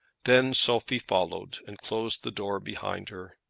then sophie followed, and closed the door behind her.